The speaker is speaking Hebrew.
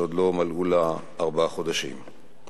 שעוד לא מלאו לה ארבעה חודשים.